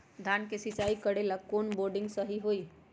धान के सिचाई करे ला कौन सा बोर्डिंग सही होई?